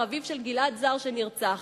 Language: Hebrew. אביו של גלעד זר שנרצח.